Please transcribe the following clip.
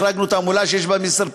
החרגנו תעמולה שיש בה מסר פוליטי,